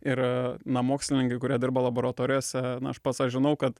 ir na mokslininkai kurie dirba laboratorijose na aš pats aš žinau kad